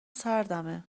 سردمه